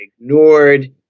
ignored